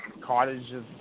cottages